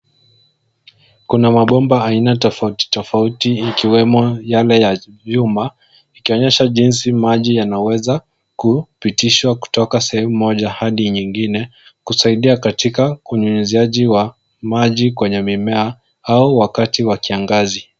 Kuna mabomba aina tofauti tofauti ikiwemo yale ya vyuma, ikionyesha jinsi maji yanaweza kupitishwa kutoka sehemu moja hadi nyingine kusaidia katika kunyunyiziaji wa maji kwenye mimea au wakati wa kiangazi.